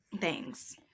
Thanks